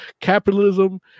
capitalism